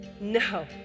no